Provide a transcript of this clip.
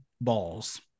balls